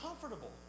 comfortable